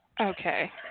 Okay